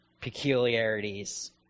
peculiarities